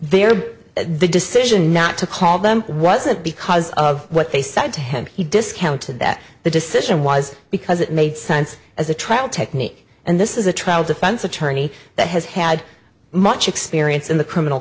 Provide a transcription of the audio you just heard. there the decision not to call them wasn't because of what they said to him he discounted that the decision was because it made sense as a trial technique and this is a trial defense attorney that has had much experience in the criminal